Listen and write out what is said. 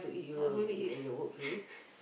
how I want to eat